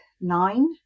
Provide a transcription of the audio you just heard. nine